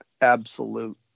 absolute